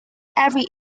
every